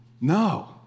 No